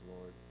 Lord